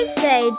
say